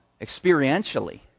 experientially